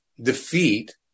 defeat